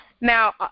now